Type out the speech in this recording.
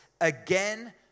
again